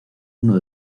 uno